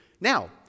now